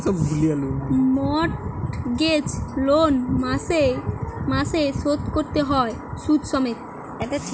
mortgage loan মাসে মাসে শোধ কোরতে হয় শুধ সমেত